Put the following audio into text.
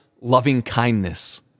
loving-kindness